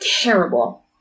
Terrible